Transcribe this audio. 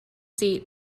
seat